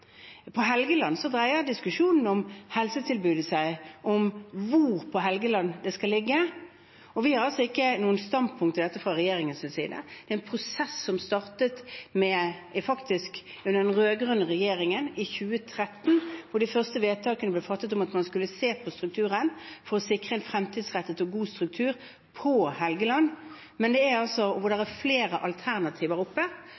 På Helgeland dreier diskusjonen om helsetilbudet seg om hvor på Helgeland det skal ligge. Vi har ikke noe standpunkt i dette fra regjeringens side. Det er en prosess som startet under den rød-grønne regjeringen, i 2013, da de første vedtakene ble fattet om at man skulle se på strukturen for å sikre en fremtidsrettet og god struktur på Helgeland, der det er flere alternativer oppe, og der